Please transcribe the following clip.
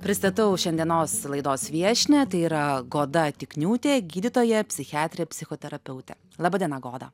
pristatau šiandienos laidos viešnią tai yra goda tikniūtė gydytoja psichiatrė psichoterapeutė laba diena goda